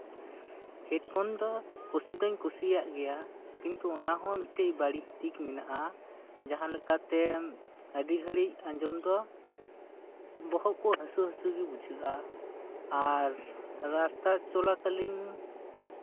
headphone ᱫᱚ ᱠᱩᱥᱤ ᱫᱩᱧ ᱠᱩᱥᱤᱭᱟᱜ ᱜᱮᱭᱟ ᱠᱤᱱᱛᱩ ᱚᱱᱟᱦᱚᱸ ᱢᱤᱫᱴᱮᱱ ᱵᱟᱹᱲᱤᱡ ᱫᱤᱠ ᱢᱮᱱᱟᱜᱼᱟ ᱡᱟᱦᱟᱸ ᱞᱮᱠᱟᱛᱮ ᱟᱹᱰᱤ ᱜᱷᱟᱹᱲᱤᱡ ᱟᱧᱡᱚᱢ ᱫᱚ ᱵᱚᱦᱚᱜ ᱠᱚ ᱦᱟᱥᱳᱼᱦᱟᱥᱳ ᱜᱮ ᱵᱩᱡᱷᱟᱹᱜᱼᱟ ᱟᱨ ᱨᱟᱥᱛᱟ ᱪᱚᱞᱟᱠᱟᱞᱤᱱ